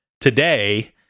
today